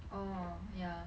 oh ya